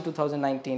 2019